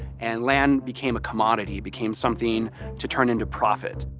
and land became a commodity, became something to turn into profit.